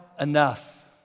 enough